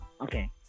Okay